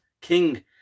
king